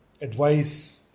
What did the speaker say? advice